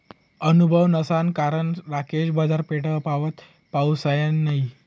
अनुभव नसाना कारण राकेश बाजारपेठपावत पहुसना नयी